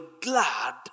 glad